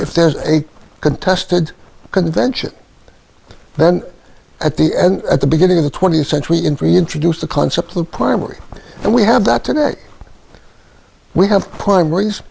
if there's a contested convention then at the end at the beginning of the twentieth century in free introduce the concept of primary and we have that today we have primaries